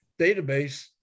database